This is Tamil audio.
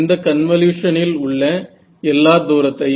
இந்த கன்வலுயுஷன் இல் உள்ள எல்லா தூரத்தையும்